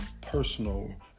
personal